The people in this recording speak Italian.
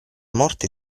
morte